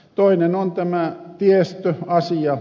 toinen on tämä tiestöasia